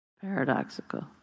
paradoxical